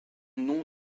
nom